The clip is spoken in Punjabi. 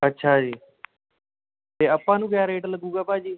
ਅੱਛਾ ਜੀ ਅਤੇ ਆਪਾਂ ਨੂੰ ਕਿਆ ਰੇਟ ਲੱਗੂਗਾ ਭਾਅ ਜੀ